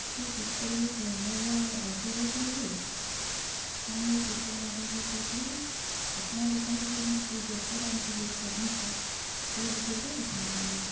କିଏ ତିର୍ତ୍ତୋଲରୁ ଗ୍ରାମର ରାଜା ଭାଇ କହୁଥିଲେ ହଁ ମୁଁ ଏଇ ପିପଳ ମାଧବରୁ କହୁଥିଲି ଆପଣଙ୍କ ଦୋକାନରୁ ସେ ଯେଉଁ ଜୋତାଟା ଆଣିଥିଲି ଖାଦମିସ୍ର ସେଇ ବିଷୟରେ ଟିକେ କଥା ହେଇଥାନ୍ତି